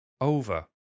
over